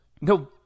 no